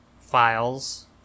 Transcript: files